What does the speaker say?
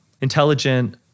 intelligent